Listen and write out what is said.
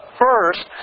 first